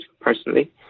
personally